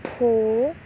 ਹੋ